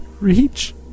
reach